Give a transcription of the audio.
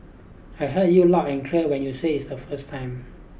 I heard you loud and clear when you said is the first time